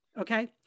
okay